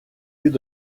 від